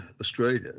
Australia